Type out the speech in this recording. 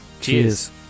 Cheers